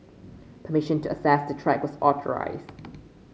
permission to access the track was authorised